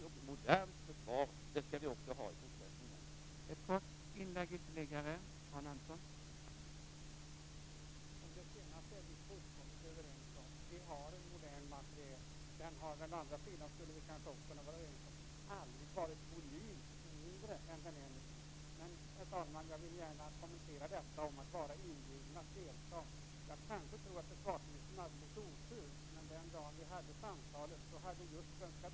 I morgon tar vi emot den tredje nya ubåten i Gotlandsklassen.